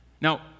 Now